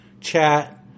chat